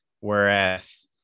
whereas